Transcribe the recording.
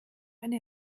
eine